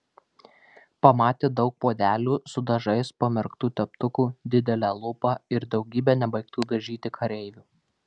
pamatė daug puodelių su dažais pamerktų teptukų didelę lupą ir daugybę nebaigtų dažyti kareivių